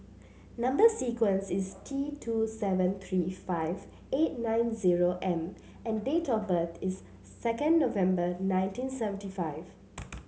number sequence is T two seven three five eight nine zero M and date of birth is second November nineteen seventy five